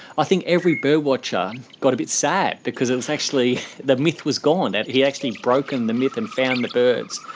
i think every birdwatcher got a bit sad because it's actually, that myth was gone, that he'd actually broken the myth and found the birds.